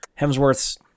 Hemsworth's